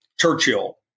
Churchill